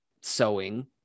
sewing